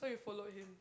so you followed him